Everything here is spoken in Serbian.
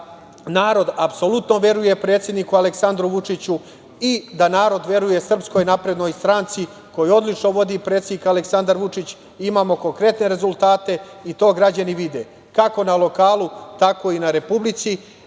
narod apsolutno veruje predsedniku Aleksandru Vučiću i da narod veruje SNS, koju odlično vodi predsednik Aleksandar Vučić. Imamo konkretne rezultate i to građani vide, kako na lokalu, tako i na republici. Nadam